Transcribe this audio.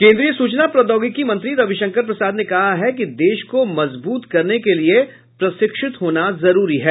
केंद्रीय सूचना प्रौद्योगिकी मंत्री रवि शंकर प्रसाद ने कहा है कि देश को मजबूत करने के लिये प्रशिक्षित होना जरूरी है